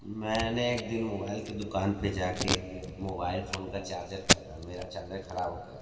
मैंने एक दिन मोबाइल की दुकान पे जा के मोबाइल फ़ोन का चार्जर खरीदा मेरा चार्जर ख़राब हो गया था